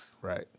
Right